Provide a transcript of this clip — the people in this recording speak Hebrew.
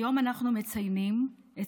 היום אנחנו מציינים את